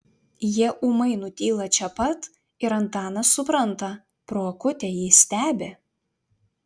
jie ūmai nutyla čia pat ir antanas supranta pro akutę jį stebi